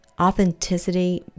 Authenticity